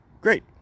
Great